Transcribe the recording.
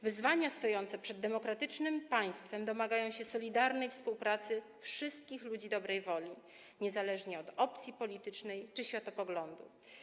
Wyzwania stojące przed demokratycznym państwem domagają się solidarnej współpracy wszystkich ludzi dobrej woli niezależnie od opcji politycznej czy światopoglądu.